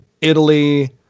Italy